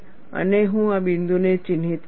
અને હું આ બિંદુને ચિહ્નિત કરીશ